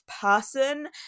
person